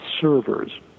servers